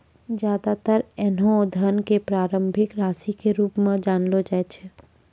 ज्यादातर ऐन्हों धन क प्रारंभिक राशि के रूप म जानलो जाय छै